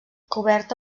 coberta